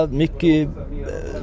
mycket